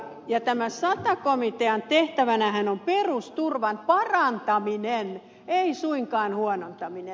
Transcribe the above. tämän sata komitean tehtävänähän on perusturvan parantaminen ei suinkaan huonontaminen